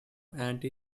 anti